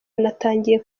natangiye